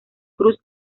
cruz